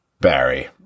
Barry